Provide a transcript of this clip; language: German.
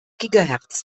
gigahertz